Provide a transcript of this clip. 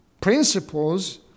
principles